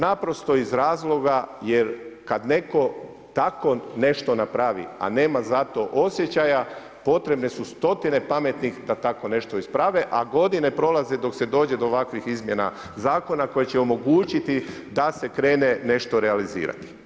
Naprosto iz razloga jer kad netko tako nešto napravi a nema za to osjećaja, potrebne su stotine pametnih da tako nešto isprave a godine prolaze dok se dođe do ovakvih izmjena zakona koje će omogućiti da se krene nešto realizirati.